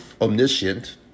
omniscient